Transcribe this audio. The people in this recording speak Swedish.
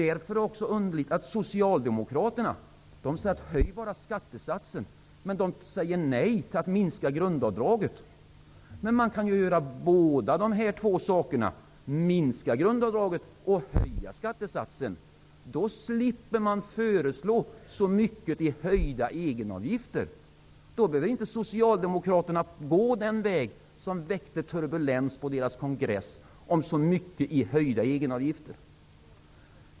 Det är underligt att Socialdemokraterna föreslår en höjning av skattesatsen men säger nej till en minskning av grundavdraget. Man kan ju göra båda sakerna, dvs. minska grundavdraget och höja skattesatsen. Då slipper man föreslå så många höjningar av egenavgifterna. Då behöver socialdemokraterna inte gå den vägen som väckte turbulens på deras kongress och föreslå höjda egenavgifter.